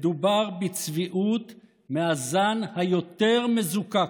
מדובר בצביעות מהזן היותר-מזוקק,